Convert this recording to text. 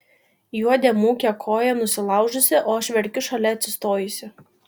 juodė mūkia koją nusilaužusi o aš verkiu šalia atsistojusi